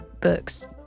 books